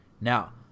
Now